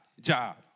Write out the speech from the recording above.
job